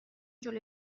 جلوی